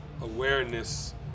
awareness